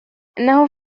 إنه